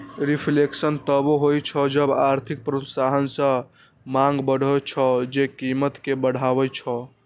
reflation तबो होइ छै जब आर्थिक प्रोत्साहन सं मांग बढ़ै छै, जे कीमत कें बढ़बै छै